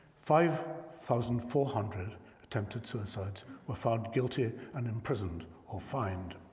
five thousand four hundred attempted suicides were found guilty and imprisoned or fined.